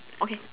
okay